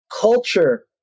culture